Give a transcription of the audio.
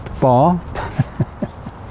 bar